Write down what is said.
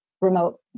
remote